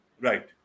Right